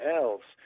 else